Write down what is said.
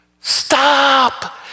stop